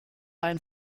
einen